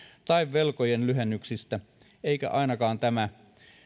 tai velkojen lyhennyksistä eikä tämä